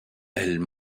elle